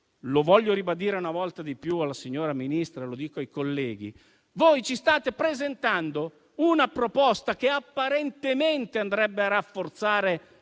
lo voglio ribadire una volta di più alla signora Ministra e lo dico ai colleghi - ci state presentando una proposta che apparentemente andrebbe a rafforzare